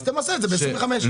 אז תמסה את זה ב-25 אחוזים.